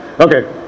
okay